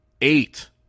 eight